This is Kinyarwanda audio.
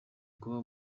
kuba